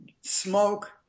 smoke